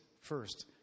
first